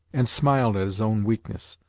and smiled at his own weakness,